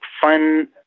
fun